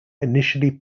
initially